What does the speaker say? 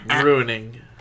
ruining